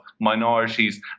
minorities